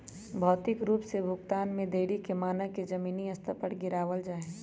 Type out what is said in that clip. भौतिक रूप से भुगतान में देरी के मानक के जमीनी स्तर से गिरावल जा हई